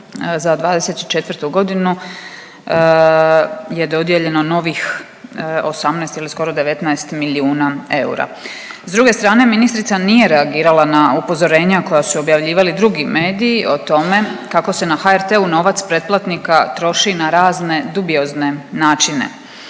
za '24. godinu je dodijeljeno novih 18 ili skoro 19 milijuna eura. S druge strane ministrica nije reagirala na upozorenja koja su objavljivali drugi mediji o tome kako se na HRT-u novac pretplatnika troši na razne dubiozne načine.